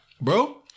bro